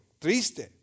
triste